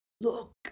Look